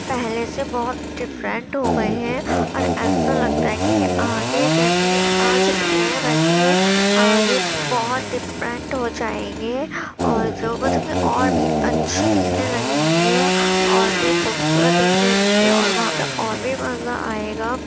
پہلے سے بہت ڈفرینٹ ہو گئے ہیں اور ایسا لگتا ہے کہ یہ آگے جیسے یہ آج دکھ رہے ہیں ویسے یہ آگے بہت ڈفرینٹ ہو جائیں گے اور جو مطلب اور بھی اچھے دکھنے لگیں گے اور بھی خوبصورت دکھنے لگیں گے اور پہ وہاں اور بھی مزہ آئے گا